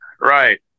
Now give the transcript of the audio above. right